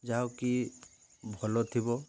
ଯାହାକି ଭଲ ଥିବ